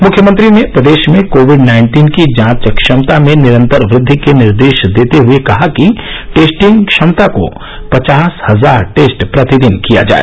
मुख्यमंत्री ने प्रदेश में कोविड नाइन्टीन की जांच क्षमता में निरन्तर वृद्धि करने के निर्देश देते हए कहा कि टेस्टिंग क्षमता को पचास हजार टेस्ट प्रतिदिन किया जाए